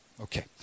okay